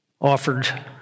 offered